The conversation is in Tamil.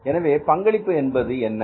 எனவே பங்களிப்பு என்பது என்ன